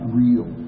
real